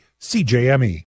CJME